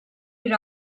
bir